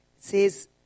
says